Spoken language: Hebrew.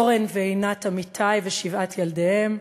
אורן ועינת אמיתי ושבעת ילדיהם,